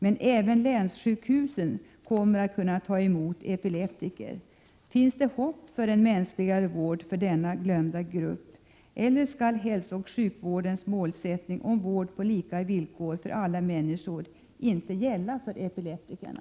Men även länssjukhusen kommer att kunna ta emot epileptiker. Finns det hopp om en mänskligare vård för denna glömda grupp? Eller skall hälsooch sjukvårdens målsättningar om vård på lika villkor för alla människor inte gälla epileptikerna?